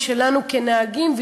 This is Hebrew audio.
היא שלנו כנהגים,